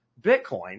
Bitcoin